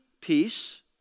peace